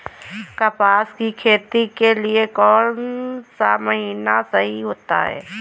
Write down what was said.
कपास की खेती के लिए कौन सा महीना सही होता है?